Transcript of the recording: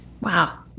Wow